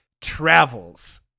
travels